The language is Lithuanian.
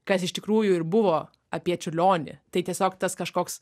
kas iš tikrųjų ir buvo apie čiurlionį tai tiesiog tas kažkoks